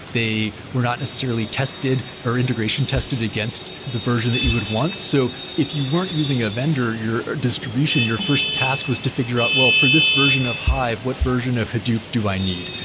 they were not necessarily tested, or integration tested against the version that you would want. so if you weren't using a vendor, your distribution, your first task was to figure out well, for this version of hive, what version of hadoop do i need?